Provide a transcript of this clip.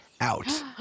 out